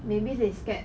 maybe they scared